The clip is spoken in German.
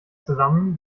zusammen